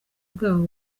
bwabo